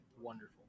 wonderful